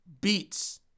beats